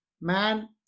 man